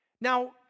Now